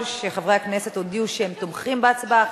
שחברי הכנסת הודיעו שהם תומכים בהצבעה,